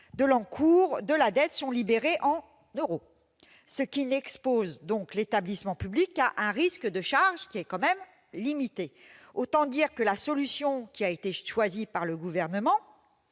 de l'encours de la dette sont libellés en euros, ce qui n'expose donc l'établissement public qu'à un risque de charge quand même limité. Autant dire que la solution choisie par le Gouvernement